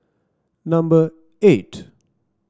number eight